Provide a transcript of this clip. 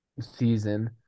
season